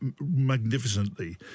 magnificently